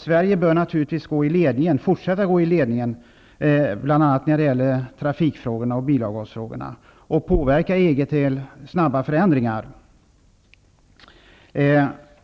Sverige bör naturligtvis fortsätta att gå i ledningen när det gäller bl.a. trafikoch bilavgasfrågorna och påverka EG till snabba förändringar.